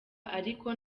ariko